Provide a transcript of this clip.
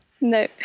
No